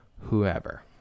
whoever